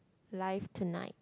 life tonight